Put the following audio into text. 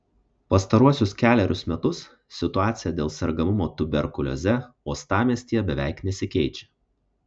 pastaruosius kelerius metus situacija dėl sergamumo tuberkulioze uostamiestyje beveik nesikeičia